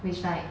which like